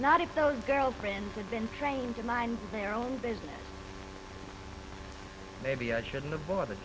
not if those girlfriend had been trained to mind their own business maybe i shouldn't have bought